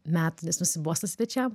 metų nes nusibosta svečiam